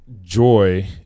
joy